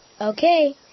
Okay